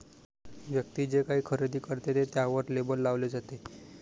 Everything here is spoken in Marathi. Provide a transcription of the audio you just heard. व्यक्ती जे काही खरेदी करते ते त्यावर लेबल लावले जाते